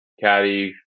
caddy